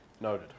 Noted